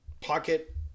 pocket